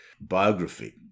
biography